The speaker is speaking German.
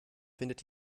findet